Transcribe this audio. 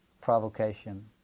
provocation